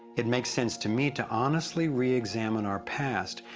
it makes sense to me to honestly re-examine our past,